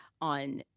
on